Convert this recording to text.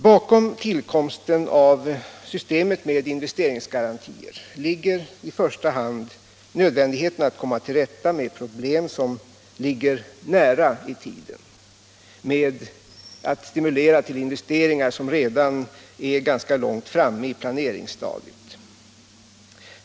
Bakom tillkomsten av systemet med investeringsgarantier ligger i första hand nödvändigheten att komma till rätta med problem som vi har nära i tiden, att stimulera till investeringar som redan är ganska långt framme i planeringsstadiet.